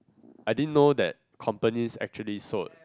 I didn't know that companies actually sold